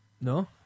No